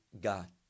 God